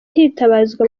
hitabazwa